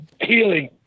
healing